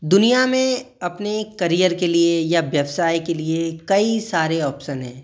दुनिया में अपने करियर के लिए या व्यवसाय के लिए कई सारे ऑप्सन हैं